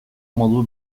modu